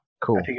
cool